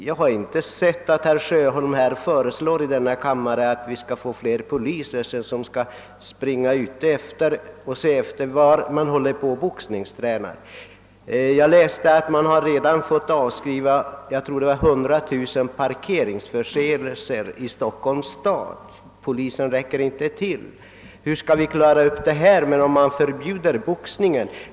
Jag har inte sett att herr Sjöholm i denna kammare föreslår att vi skall skaffa fler poliser som skall springa ut och se efter var man håller på och boxningstränar. Jag läste att man redan har fått avskriva ungefär 100 000 parkeringsförseelser i Stockholms stad därför att polisen inte räcker till. Hur skall vi klara upp situationen om boxningen förbjuds?